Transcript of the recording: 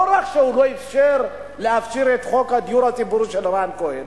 לא רק שהוא לא אפשר להפשיר את חוק הדיור הציבורי של רן כהן